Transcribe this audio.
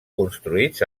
construïts